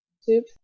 Soup